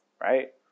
Right